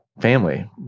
family